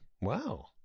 Wow